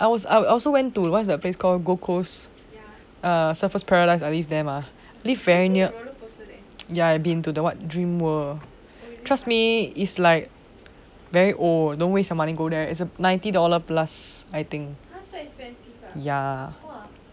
ya I was I also went to the place called glucose a surfers paradise I live there mah I live very near dream world trust me I like very old don't waste your money go there the ninety dollars plus I think ya